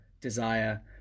desire